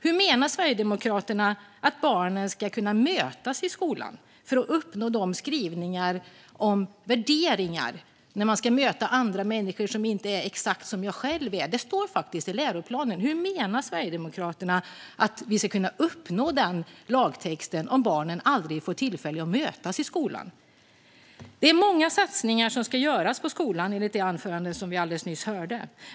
Hur menar Sverigedemokraterna att barnen ska kunna mötas i skolan för att vi ska uppnå de skrivningar om värderingar och om att möta andra människor som inte är exakt som en själv? Det står faktiskt i läroplanen. Hur menar Sverigedemokraterna att vi ska kunna uppnå vad som står i den lagtexten om barnen aldrig får tillfälle att mötas i skolan? Enligt det anförande vi alldeles nyss hörde är det många satsningar som ska göras på skolan.